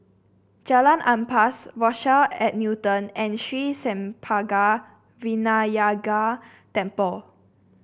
Jalan Ampas Rochelle at Newton and Sri Senpaga Vinayagar Temple